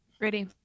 Ready